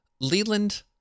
leland